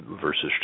versus